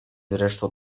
zresztą